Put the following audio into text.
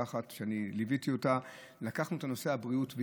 ליוויתי אותה, ולקחנו את נושא הבריאות.